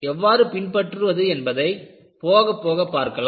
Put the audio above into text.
எதை பின்பற்றுவது என்பதைப் போகப் போக பார்க்கலாம்